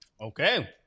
Okay